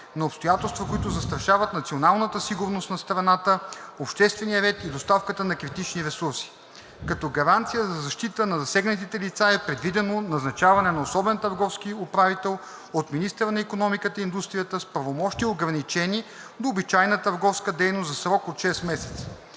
на обстоятелства, които застрашават националната сигурност на страната, обществения ред и доставката на критични ресурси. Като гаранция за защита на засегнатите лица е предвидено назначаване на особен търговски управител от министъра на икономиката и индустрията, с правомощия ограничени до обичайна търговска дейност, за срок от 6 месеца.